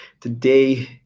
Today